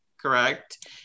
correct